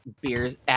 Beers